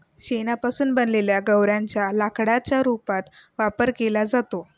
शेणापासून बनवलेल्या गौर्यांच्या लाकडाच्या रूपात वापर केला जातो